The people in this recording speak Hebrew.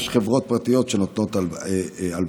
יש חברות פרטיות שנותנות הלוואות.